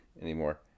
anymore